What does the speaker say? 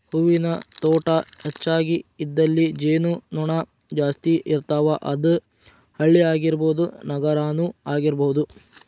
ಹೂವಿನ ತೋಟಾ ಹೆಚಗಿ ಇದ್ದಲ್ಲಿ ಜೇನು ನೊಣಾ ಜಾಸ್ತಿ ಇರ್ತಾವ, ಅದ ಹಳ್ಳಿ ಆಗಿರಬಹುದ ನಗರಾನು ಆಗಿರಬಹುದು